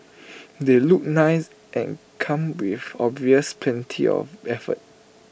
they look nice and come with obvious plenty of effort